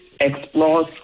explores